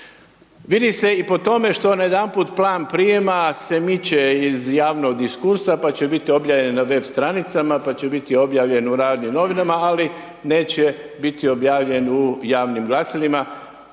Vidi se i po tome što najedanput plan prijema se miče iz javnog diskursa, pa će biti objavljen na web stranicama, pa će biti objavljen u radiju i novinama, ali neće biti objavljen u javnim glasilima.